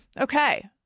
Okay